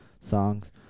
songs